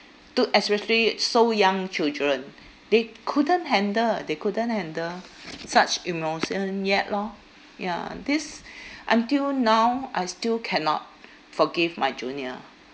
to especially so young children they couldn't handle they couldn't handle such emotion yet lor ya this until now I still cannot forgive my junior